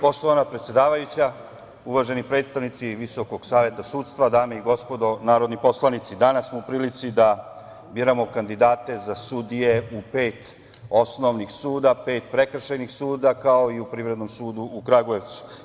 Poštovana predsedavajuća, uvaženi predstavnici Visokog saveta sudstva, dame i gospodo narodni poslanici, danas smo u prilici da biramo kandidate za sudije u pet osnovnih, pet prekršajnih, kao i u Privrednom sudu u Kragujevcu.